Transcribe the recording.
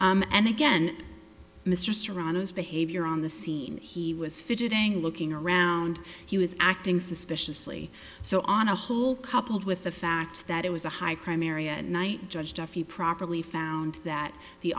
found and again mr serrano his behavior on the scene he was fidgeting looking around he was acting suspiciously so on a whole coupled with the fact that it was a high crime area at night judge duffy properly found that the